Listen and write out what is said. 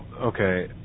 okay